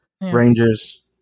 Rangers